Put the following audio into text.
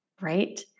right